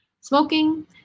Smoking